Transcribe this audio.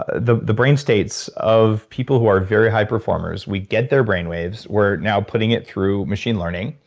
ah the the brainstates of people who are very high-performers. we get their brainwaves. we're now putting it through machine learning